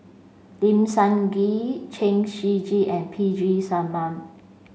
Lim Sun Gee Chen Shiji and P G Selvam